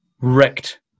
wrecked